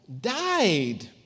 died